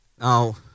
Now